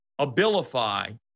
Abilify